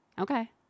okay